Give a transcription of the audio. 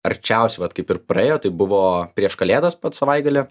arčiausiai vat kaip ir praėjo tai buvo prieš kalėdas savaitgalį